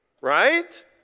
Right